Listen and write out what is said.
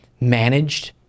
managed –